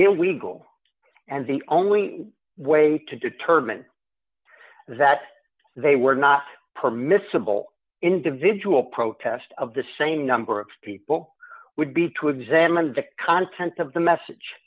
illegal and the only way to determine that they were not permissible individual protest of the same number of people would be to examine the contents of the message